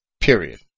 Period